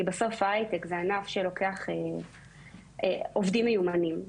כי בסוף ההיי טק הוא ענף שלוקח עובדים מיומנים.